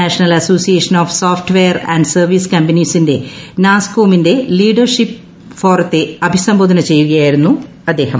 national association of software and service കമ്പനീസിന്റെ നാസ്കോമിന്റെ ലീഡൽഷിപ്പ് ഫോറത്തെ അഭിസംബോധന ചെയ്യുകയായിരുന്നു പ്രഗ്ലാനമന്ത്രി